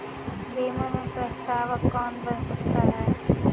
बीमा में प्रस्तावक कौन बन सकता है?